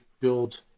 build